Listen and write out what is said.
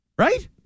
Right